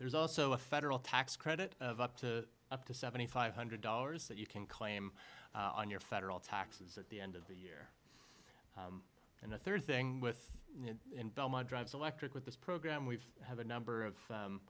there's also a federal tax credit of up to up to seventy five hundred dollars that you can claim on your federal taxes at the end of the year and the third thing with in belmont drives electric with this program we have a number